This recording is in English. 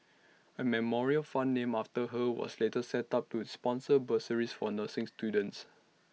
A memorial fund named after her was later set up to sponsor bursaries for nursing students